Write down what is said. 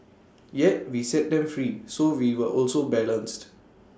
yet we set them free so we were also balanced